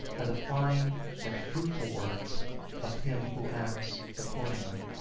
are the fine and fruitful words of him who acts accordingly.